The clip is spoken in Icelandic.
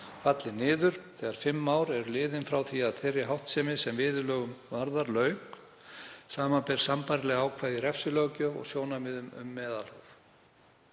falli niður þegar fimm ár eru liðin frá því að þeirri háttsemi sem viðurlögum varðar lauk, samanber sambærileg ákvæði í refsilöggjöf og sjónarmið um meðalhóf.